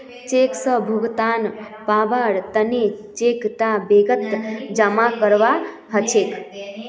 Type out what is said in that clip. cheque स भुगतान पाबार तने चेक टा बैंकत जमा करवा हछेक